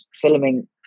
filming